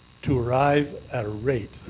to arrive at a rate